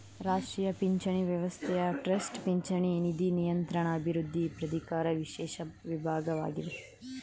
ರಾಷ್ಟ್ರೀಯ ಪಿಂಚಣಿ ವ್ಯವಸ್ಥೆಯ ಟ್ರಸ್ಟ್ ಪಿಂಚಣಿ ನಿಧಿ ನಿಯಂತ್ರಣ ಅಭಿವೃದ್ಧಿ ಪ್ರಾಧಿಕಾರ ವಿಶೇಷ ವಿಭಾಗವಾಗಿದೆ